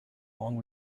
long